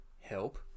help